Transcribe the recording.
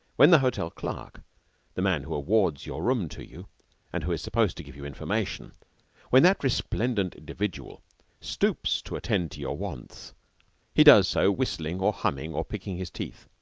when the hotel clerk the man who awards your room to you and who is supposed to give you information when that resplendent individual stoops to attend to your wants he does so whistling or humming or picking his teeth,